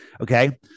Okay